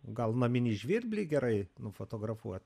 gal naminį žvirblį gerai nufotografuot